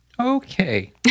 Okay